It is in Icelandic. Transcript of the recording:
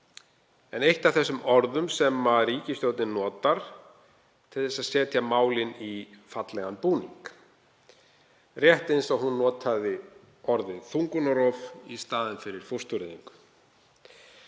er eitt af þeim orðum sem ríkisstjórnin notar til að setja málin í fallegan búning, rétt eins og hún notaði orðið þungunarrof í staðinn fyrir fóstureyðingu.